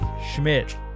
schmidt